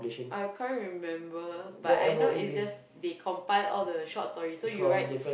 I can't remember but I know it's just they compile the all short stories so you write